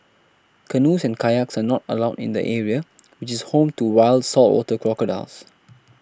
canoes and kayaks are not allowed in the area which is home to wild saltwater crocodiles